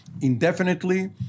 indefinitely